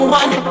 one